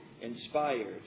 inspired